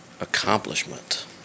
accomplishment